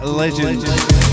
legend